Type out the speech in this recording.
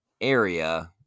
area